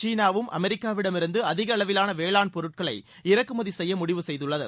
சீனாவும் அமெரிக்காவிடமிருந்து அதிக அளவிலான வேளாண் பொருட்களை இறக்குமதி செய்ய முடிவு செய்துள்ளது